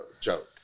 joke